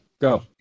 Go